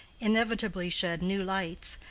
inevitably shed new lights,